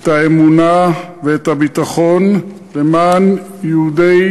את האמונה ואת הביטחון למען יהודי